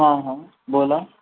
हां हां बोला